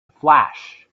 flash